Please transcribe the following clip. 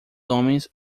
homens